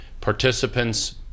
participants